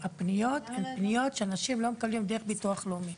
הן פניות שאנשים לא מקבלים דרך ביטוח לאומי,